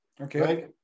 Okay